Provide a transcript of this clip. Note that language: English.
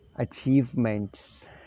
achievements